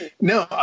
no